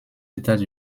états